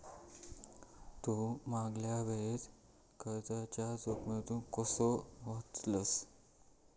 तू मागल्या वेळेस कर्जाच्या जोखमीतून कसो वाचलस